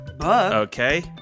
Okay